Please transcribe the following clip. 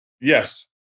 Yes